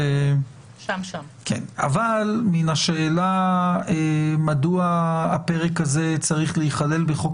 מה שאלה מדוע הפרק הזה צריך להיכלל בחוק